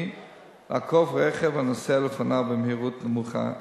לעקוף רכב הנוסע לפניו במהירות נמוכה יותר.